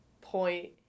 point